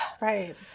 Right